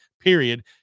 period